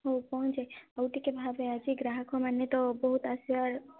ହଉ ପହଞ୍ଚେ ଆଉ ଟିକେ ଭାବେ ଆଜି ଗ୍ରାହକ ମାନେ ତ ବହୁତ ଆସିବାର